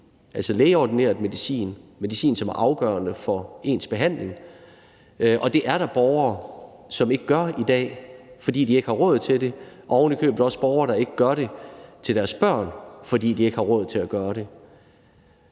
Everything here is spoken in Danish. altså lægeordineret medicin, medicin, som er afgørende for ens behandling – og det er der borgere som ikke gør i dag, fordi de ikke har råd til det, og der er ovenikøbet også borgere, som ikke gør det til deres børn, fordi de ikke har råd til at gøre det.